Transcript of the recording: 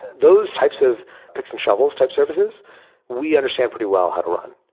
those types of picks and shovels type services we understand pretty well how to run.